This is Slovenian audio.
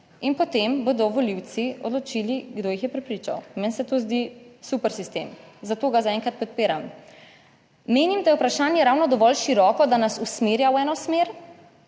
in potem bodo volivci odločili kdo jih je prepričal in meni se to zdi super sistem, zato ga zaenkrat podpiram. Menim, da je vprašanje ravno dovolj široko, da nas usmerja v eno smer.